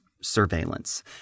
surveillance